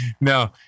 No